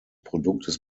produktes